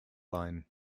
line